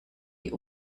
die